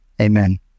Amen